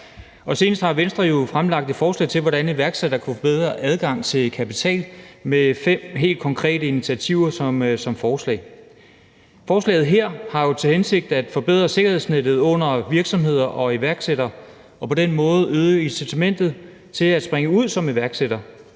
Senest har Venstre fremsat forslag om, hvordan iværksættere kan få bedre adgang til kapital, som indeholder fem helt konkrete initiativer. Forslaget her har til hensigt at forbedre sikkerhedsnettet under virksomheder og iværksættere og på den måde både øge incitamentet til at springe ud som iværksætter,